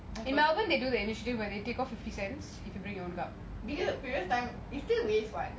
in melbourne they do they initially take out fifty cents